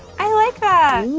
i like that!